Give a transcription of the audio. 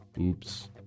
Oops